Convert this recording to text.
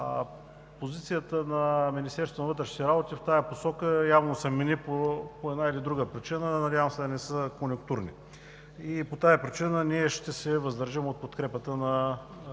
Позицията на Министерството на вътрешните работи в тази посока явно се мени по една или друга причина – надявам се да не са конюнктурни. По тази причина ние ще се въздържим от подкрепата на